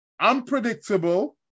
unpredictable